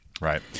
right